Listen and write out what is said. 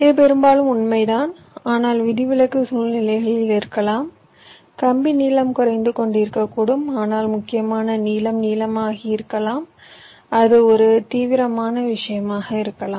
இது பெரும்பாலும் உண்மைதான் ஆனால் விதிவிலக்கு சூழ்நிலைகள் இருக்கலாம் கம்பி நீளம் குறைந்து கொண்டிருக்கக்கூடும் ஆனால் முக்கியமான நீளம் நீளமாகி இருக்கலாம் அது ஒரு தீவிரமான விஷயமாக இருக்கலாம்